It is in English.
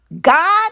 God